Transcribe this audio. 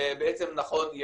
נכון,